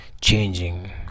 changing